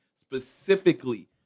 specifically